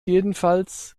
jedenfalls